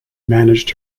managed